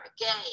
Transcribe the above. again